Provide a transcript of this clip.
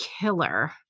killer